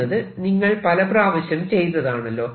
എന്നത് നിങ്ങൾ പല പ്രാവശ്യം ചെയ്തതാണല്ലോ